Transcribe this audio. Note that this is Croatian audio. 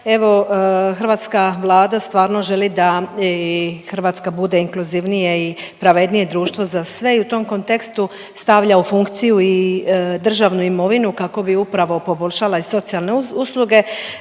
Evo hrvatska Vlada stvarno želi da i Hrvatska bude inkluzivnije i pravednije društvo za sve i u tom kontekstu stavlja u funkciju i državnu imovinu kako bi upravo poboljšala i socijalne usluge.